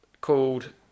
called